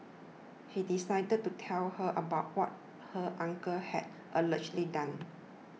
he decided to tell her about what her uncle had allegedly done